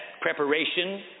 preparation